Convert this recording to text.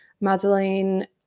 Madeleine